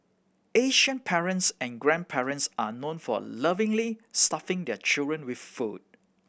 asian parents and grandparents are known for lovingly stuffing their children with food